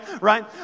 right